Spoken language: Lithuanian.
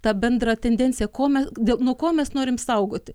tą bendrą tendenciją ko me dėl nuo ko mes norim saugoti